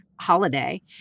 holiday